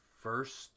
first